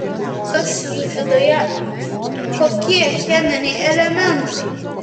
kas jų viduje kokie cheminiai elementai